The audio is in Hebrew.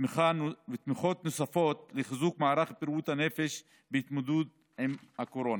ותמיכות נוספות לחיזוק מערך בריאות הנפש בהתמודדות עם הקורונה.